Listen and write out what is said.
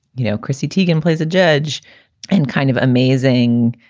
you know. chrissy teigen plays a judge and kind of amazing,